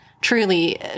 truly